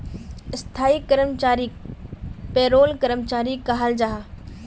स्थाई कर्मचारीक पेरोल कर्मचारी कहाल जाहा